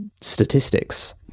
statistics